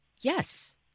Yes